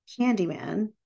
Candyman